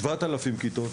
קחו 7,000 כיתות,